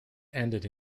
ended